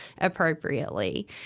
appropriately